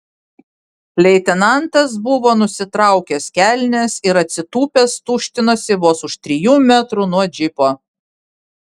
leitenantas buvo nusitraukęs kelnes ir atsitūpęs tuštinosi vos už trijų metrų nuo džipo